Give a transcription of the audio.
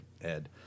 Ed